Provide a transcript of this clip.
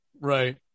Right